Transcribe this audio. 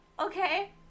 Okay